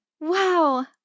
Wow